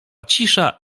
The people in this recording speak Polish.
cisza